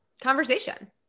conversation